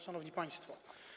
Szanowni Państwo!